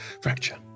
Fracture